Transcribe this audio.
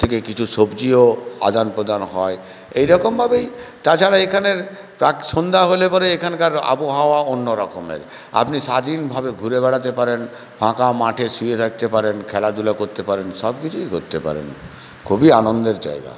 থেকে কিছু সবজিও আদান প্রদান হয় এইরকমভাবেই তাছাড়া এখানের সন্ধ্যা হলে পরে এখানকার আবহাওয়া অন্যরকমের আপনি স্বাধীনভাবে ঘুরে বেড়াতে পারেন ফাঁকা মাঠে শুয়ে থাকতে পারেন খেলাধূলা করতে পারেন সব কিছুই করতে পারেন খুবই আনন্দের জায়গা